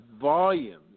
volumes